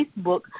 Facebook